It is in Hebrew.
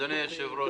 אדוני היושב-ראש,